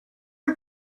are